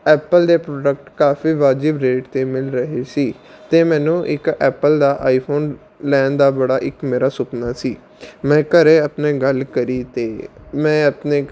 Apple ਦੇ product ਕਾਫ਼ੀ ਵਾਜਬ ਰੇਟ 'ਤੇ ਮਿਲ ਰਹੇ ਸੀ ਅਤੇ ਮੈਨੂੰ ਇੱਕ ਐਪਲ ਦਾ ਆਈਫੋਨ ਲੈਣ ਦਾ ਬੜਾ ਇੱਕ ਮੇਰਾ ਸੁਪਨਾ ਸੀ ਮੈਂ ਘਰ ਆਪਣੇ ਗੱਲ ਕਰੀ ਅਤੇ ਮੈਂ ਆਪਣੇ